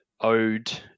ode